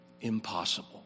impossible